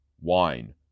wine